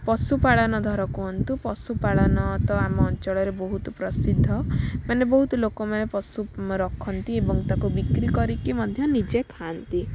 ପଶୁପାଳନ ଧର କୁହନ୍ତୁ ପଶୁପାଳନ ତ ଆମ ଅଞ୍ଚଳରେ ବହୁତ ପ୍ରସିଦ୍ଧ ମାନେ ବହୁତ ଲୋକମାନେ ପଶୁ ରଖନ୍ତି ଏବଂ ତା'କୁ ବିକ୍ରି କରିକି ମଧ୍ୟ ନିଜେ ଖାଆନ୍ତି